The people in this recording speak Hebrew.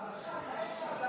אבל עכשיו, מה יש שם עכשיו?